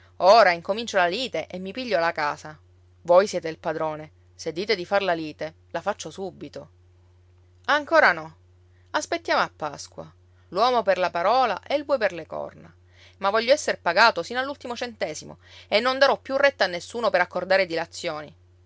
ora incomincio la lite e mi piglio la casa voi siete il padrone se dite di far la lite la faccio subito ancora no aspettiamo a pasqua l'uomo per la parola e il bue per le corna ma voglio esser pagato sino all'ultimo centesimo e non darò più retta a nessuno per accordare dilazioni